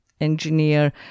engineer